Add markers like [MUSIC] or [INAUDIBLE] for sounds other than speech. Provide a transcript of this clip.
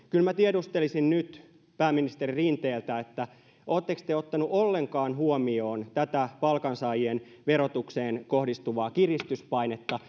kyllä minä tiedustelisin nyt pääministeri rinteeltä oletteko te ottaneet ollenkaan huomioon tätä palkansaajien verotukseen kohdistuvaa kiristyspainetta [UNINTELLIGIBLE]